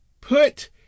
Put